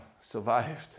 survived